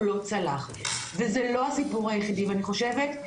לא צלח וזה לא הסיפור היחידי ואני חושבת,